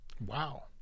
Wow